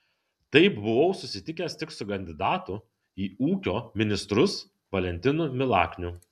taip buvau susitikęs tik su kandidatu į ūkio ministrus valentinu milakniu